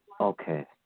Okay